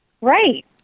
Right